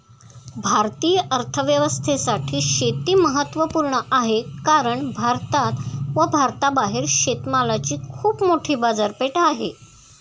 भारतीय अर्थव्यवस्थेसाठी शेती महत्वपूर्ण आहे कारण भारतात व भारताबाहेर शेतमालाची खूप मोठी बाजारपेठ आहे